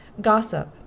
Gossip